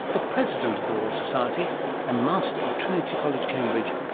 the president of the royal society and master of trinity college cambridge,